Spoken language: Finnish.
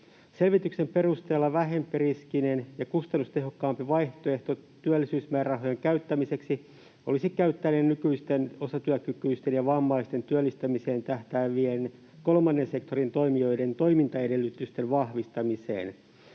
Selvityksen perusteella vähempiriskinen ja kustannustehokkaampi vaihtoehto työllisyysmäärärahojen käyttämiseksi olisi käyttää ne nykyisten osatyökykyisten ja vammaisten työllistämiseen tähtäävien kolmannen sektorin toimijoiden toimintaedellytysten vahvistamiseen.